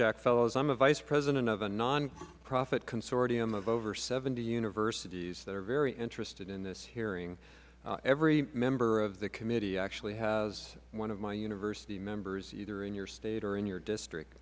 jack fellows i am the vice president of a nonprofit consortium of over seventy universities that are very interested in this hearing every member of the committee actually has one of my university members either in your state or in your district